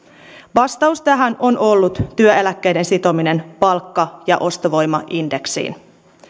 vastaus tähän on ollut työeläkkeiden sitominen palkka ja ostovoimaindeksiin